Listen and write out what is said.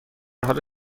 حال